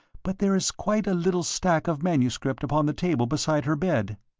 but there is quite a little stack of manuscript upon the table beside her bed.